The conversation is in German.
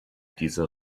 diese